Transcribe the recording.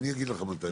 אני אגיד לך מתי.